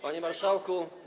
Panie Marszałku!